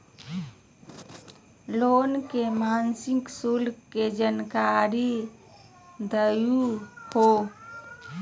Loan के मासिक शुल्क के जानकारी दहु हो?